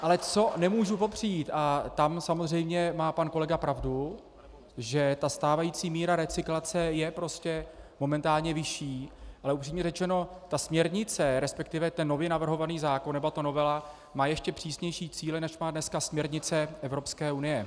Ale co nemůžu popřít a tam samozřejmě má pan kolega pravdu, že stávající míra recyklace je prostě momentálně vyšší, ale upřímně řečeno, ta směrnice, respektive nově navrhovaný zákon nebo novela má ještě přísnější cíle, než má dneska směrnice Evropské unie.